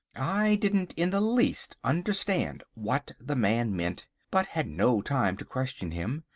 i didn't in the least understand what the man meant, but had no time to question him,